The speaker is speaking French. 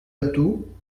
gâteau